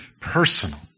personal